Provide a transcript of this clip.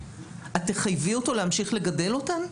את תחייבי אותו להמשיך לגדל אותן?